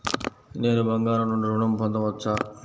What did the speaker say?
నేను బంగారం నుండి ఋణం పొందవచ్చా?